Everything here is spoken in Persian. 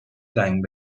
زنگ